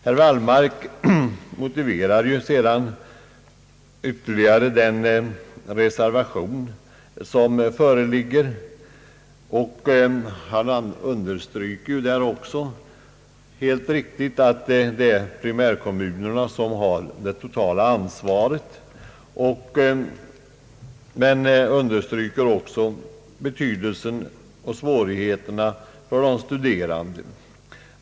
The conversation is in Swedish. Herr Wallmark motiverar sedan ytterligare den reservation som föreligger. Han understryker, vilket är riktigt, att det är primärkommunerna som har det totala ansvaret. Men han framhåller också svårigheterna för de studerande.